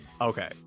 okay